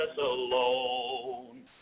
alone